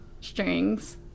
strings